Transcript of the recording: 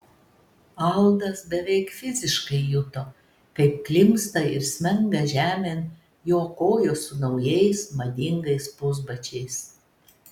aldas beveik fiziškai juto kaip klimpsta ir smenga žemėn jo kojos su naujais madingais pusbačiais